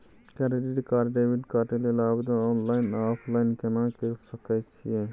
Credit card आ debit card के लेल आवेदन ऑनलाइन आ ऑफलाइन केना के सकय छियै?